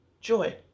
Joy